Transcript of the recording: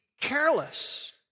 careless